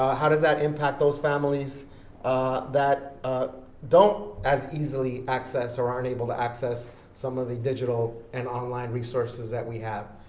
how does that impact those families that don't as easily access, or aren't able to access some of the digital and online resources that we have.